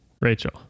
Rachel